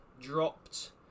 dropped